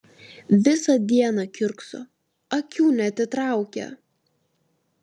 visą dieną kiurkso akių neatitraukia